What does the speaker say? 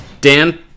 Dan